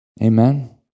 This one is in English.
amen